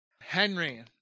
Henry